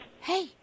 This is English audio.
Hey